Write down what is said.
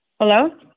Hello